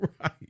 Right